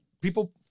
people